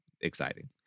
exciting